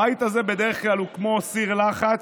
הבית הזה הוא בדרך כלל כמו סיר לחץ,